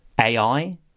AI